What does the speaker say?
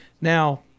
now